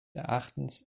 erachtens